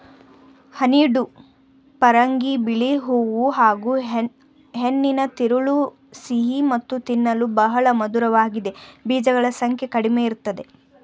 honeydew ಪರಂಗಿ ಬಿಳಿ ಹೂ ಹಾಗೂಹೆಣ್ಣಿನ ತಿರುಳು ಸಿಹಿ ಮತ್ತು ತಿನ್ನಲು ಬಹಳ ಮಧುರವಾಗಿದೆ ಬೀಜಗಳ ಸಂಖ್ಯೆ ಕಡಿಮೆಇರ್ತದೆ